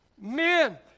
men